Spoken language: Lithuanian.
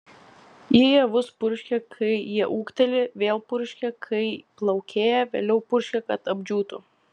ji javus purškia kai jie ūgteli vėl purškia kai plaukėja vėliau purškia kad apdžiūtų